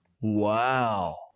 Wow